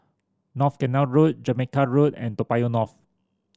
North Canal Road Jamaica Road and Toa Payoh North